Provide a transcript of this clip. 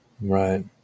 Right